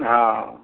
हँ